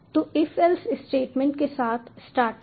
तो if else statement के साथ स्टार्टअप